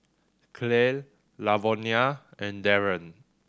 Clell Lavonia and Darren